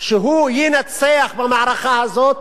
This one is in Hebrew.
שהוא ינצח במערכה הזאת,